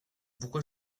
pourquoi